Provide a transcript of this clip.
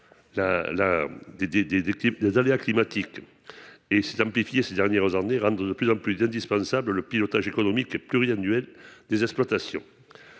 des aléas climatiques s’est amplifiée ces dernières années, rendant de plus en plus indispensable le pilotage économique pluriannuel des exploitations.